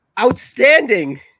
outstanding